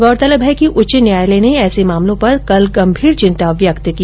गौरतलब है कि उच्चतम न्यायालय ने ऐसे मामलों पर कल गंभीर चिंता व्यक्त की